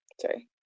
Sorry